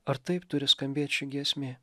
ar taip turi skambėt ši giesmė